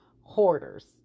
Hoarders